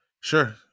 Sure